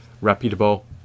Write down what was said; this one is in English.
reputable